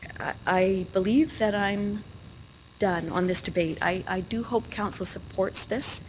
i believe that i'm done on this debate. i do hope council supports this.